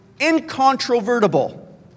incontrovertible